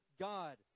God